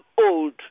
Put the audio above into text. old